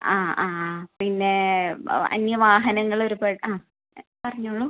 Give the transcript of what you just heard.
ആ ആ ആ പിന്നെ അന്യ വാഹനങ്ങൾ ഒരുപാട് ആ പറഞ്ഞോളൂ